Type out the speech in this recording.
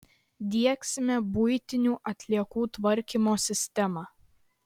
diegsime buitinių atliekų tvarkymo sistemą